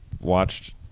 watched